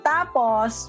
Tapos